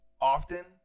often